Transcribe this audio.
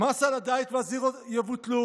והמס על הדיאט והזירו יבוטל,